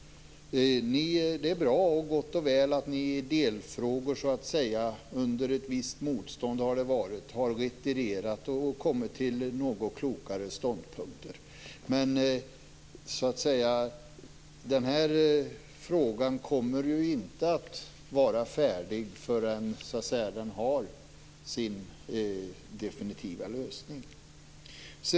Det är gott och väl att ni i delfrågor, om än under ett visst motstånd, har retirerat och kommit till något klokare ståndpunkter. Men den här frågan kommer inte att vara färdig förrän den har fått sin definitiva lösning.